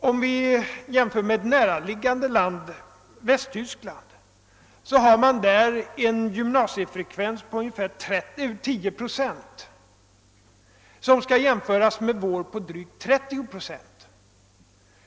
Om vi jämför med Västtyskland, så har man där en gymnasiefrekvens på ungefär 10 procent. Den skall då jämföras med våra drygt 30 procent.